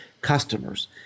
customers